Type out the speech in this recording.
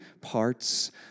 parts